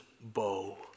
bow